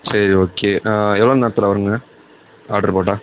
சரி ஓகே எவ்வளோ நேரத்தில் வருங்க ஆர்டரு போட்டால்